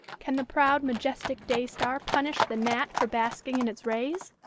can the proud, majestic day-star punish the gnat for basking in its rays?